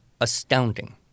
astounding